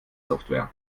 software